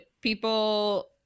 people